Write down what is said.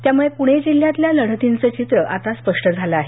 त्यामुळे पुणे जिल्ह्यातल्या लढतींच चित्र आता स्पष्ट झालं आहे